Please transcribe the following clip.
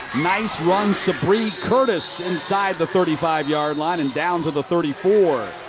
nice run, sabree curtis inside the thirty five yard line, and down to the thirty four.